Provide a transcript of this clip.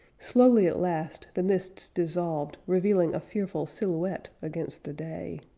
slowly at last the mists dissolved, revealing a fearful silhouette against the day.